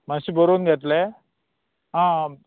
मातशें बरोवन घेतले आं आं